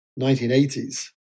1980s